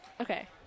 Okay